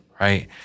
right